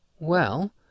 Well